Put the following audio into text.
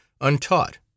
untaught